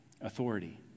authority